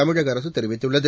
தமிழக அரசுதெரிவித்துள்ளது